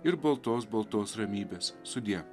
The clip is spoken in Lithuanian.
ir baltos baltos ramybės sudie